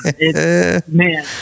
Man